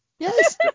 Yes